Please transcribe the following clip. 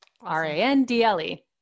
R-A-N-D-L-E